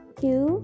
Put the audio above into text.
two